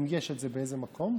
אם יש באיזשהו מקום,